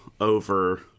over